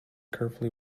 carefully